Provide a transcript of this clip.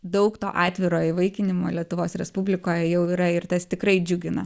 daug to atviro įvaikinimo lietuvos respublikoje jau yra ir tas tikrai džiugina